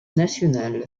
national